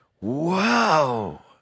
wow